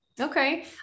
Okay